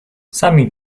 sami